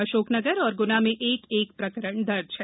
अशाक्रनगर और ग्ना में एक एक प्रकरण दर्ज है